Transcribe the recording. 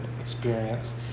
experience